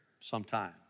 sometime